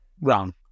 wrong